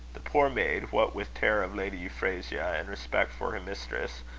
the poor maid, what with terror of lady euphrasia, and respect for her mistress,